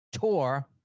tour